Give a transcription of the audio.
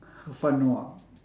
for fun no ah